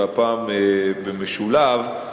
והפעם במשולב.